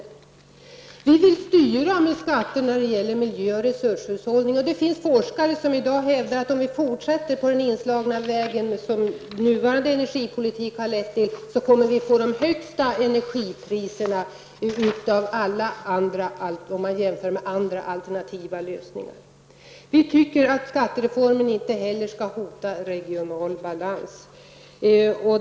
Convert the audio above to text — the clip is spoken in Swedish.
Vi i centern vill styra med skatter när det gäller miljö och resurshushållning. Det finns forskare som hävdar att om man fortsätter på den väg som nuvarande energipolitik har lett fram till, kommer energipriserna att bli mycket högre jämfört med andra alternativa lösningar. Skattereformen skall inte heller hota regional balans.